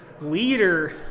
leader